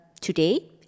today